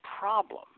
problem